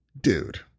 dude